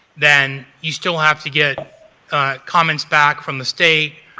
then you still have to get comments back from the state,